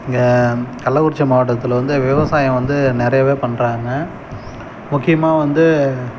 இங்கே கள்ளக்குறிச்சி மாவட்டத்தில் வந்து விவசாயம் வந்து நிறையவே பண்ணுறாங்க முக்கியமாக வந்து